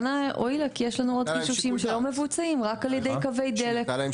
כי יש לנו עוד גישושים שלא מבוצעים רק על ידי קווי דלק.